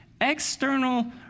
external